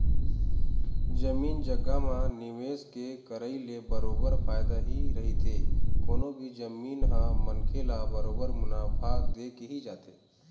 जमीन जघा म निवेश के करई ले बरोबर फायदा ही रहिथे कोनो भी जमीन ह मनखे ल बरोबर मुनाफा देके ही जाथे